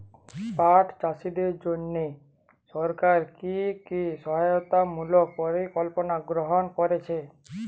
পাট চাষীদের জন্য সরকার কি কি সহায়তামূলক পরিকল্পনা গ্রহণ করেছে?